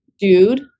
dude